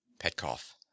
Petkoff